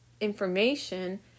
information